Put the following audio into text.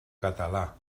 català